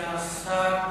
סגן השר.